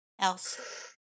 else